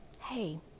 hey